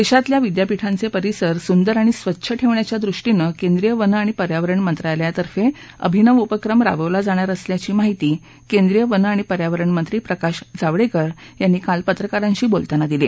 देशातल्या विद्यापीठांचे परिसर सुंदर आणि स्वच्छ ठेवण्याच्या दृष्टीनं केंद्रीय वन आणि पर्यावरण मंत्रालयातर्फे अभिनव उपक्रम राबवला जाणार असल्याची माहिती केंद्रीय वन आणि पर्यावरण मंत्री प्रकाश जावडेकर यांनी काल पत्रकारांशी बोलताना दिली